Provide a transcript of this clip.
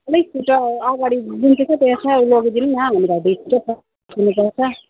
अलिक छिटो अगाडि जुन चाहिँ त्यसमा लगिदिनु न हामीलाई भित्र फर्कनु पर्छ